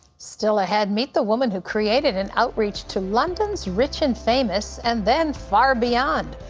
still ahead, meet the woman who created an outreach to london's rich and famous and then far beyond.